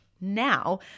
Now